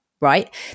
right